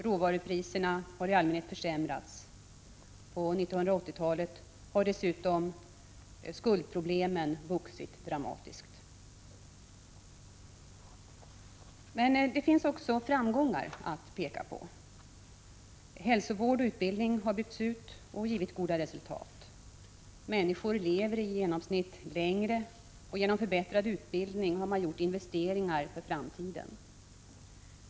Råvarupriserna har i allmänhet sjunkit. På 1980-talet har dessutom skuldproblemen vuxit dramatiskt. Men det finns också framgångar att peka på. Hälsovård och utbildning har byggts ut och givit goda resultat. Människor lever i genomsnitt längre, och genom förbättrad utbildning har man gjort investeringar för framtiden.